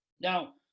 Now